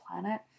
planet